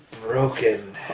broken